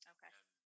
Okay